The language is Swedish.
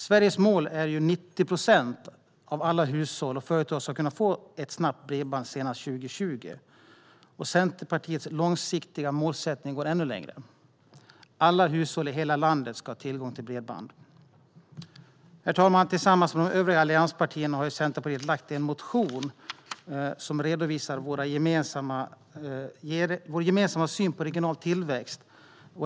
Sveriges mål är att 90 procent av alla hushåll och företag ska kunna få snabbt bredband senast 2020. Centerpartiets långsiktiga målsättning går ännu längre: Alla hushåll i hela landet ska ha tillgång till bredband. Herr talman! Tillsammans med de övriga allianspartierna har Centerpartiet lämnat en motion där vi redovisar vår gemensamma syn på regional tillväxt.